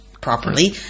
properly